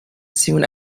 soon